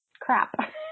crap